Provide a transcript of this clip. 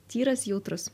tyras jautrus